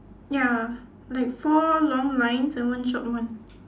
ya like four long lines and one short one